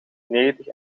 negentig